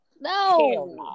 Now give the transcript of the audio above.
No